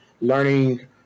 learning